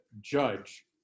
judge